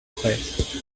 prêt